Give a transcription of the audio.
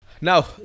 now